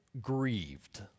grieved